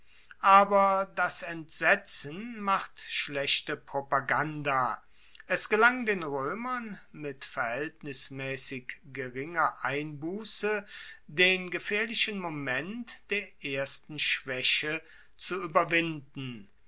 aber das entsetzen macht schlechte propaganda es gelang den roemern mit verhaeltnismaessig geringer einbusse den gefaehrlichen moment der ersten schwaeche zu ueberwinden